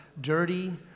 dirty